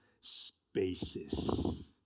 spaces